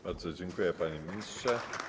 Bardzo dziękuję, panie ministrze.